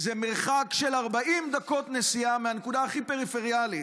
זה במרחק של 40 דקות נסיעה מהנקודה הכי פריפריאלית,